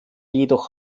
jedoch